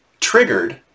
triggered